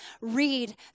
read